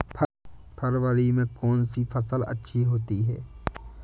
फरवरी में कौन सी फ़सल अच्छी होती है?